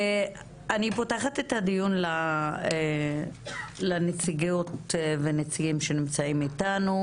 אני פותחת את הדיון לנציגות ונציגים שנמצאים איתנו.